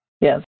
Yes